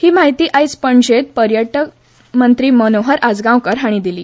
ही म्हायती आयज पणजेंत पर्यटन मंत्री मनोहर आजगांवकार हांणी दिली